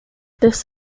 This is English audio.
this